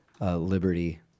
Liberty